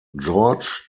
george